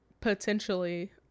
Potentially